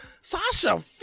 Sasha